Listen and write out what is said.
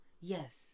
Yes